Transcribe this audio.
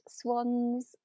swans